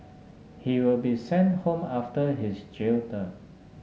he will be sent home after his jail term